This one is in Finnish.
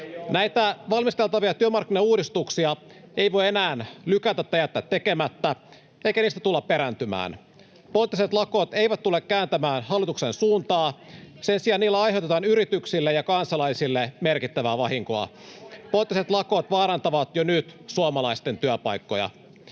Näitä valmisteltavia työmarkkinauudistuksia ei voi enää lykätä tai jättää tekemättä, eikä niistä tulla perääntymään. Poliittiset lakot eivät tule kääntämään hallituksen suuntaa, sen sijaan niillä aiheutetaan yrityksille ja kansalaisille merkittävää vahinkoa. Poliittiset lakot vaarantavat jo nyt suomalaisten työpaikkoja.